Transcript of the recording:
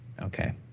Okay